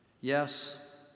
Yes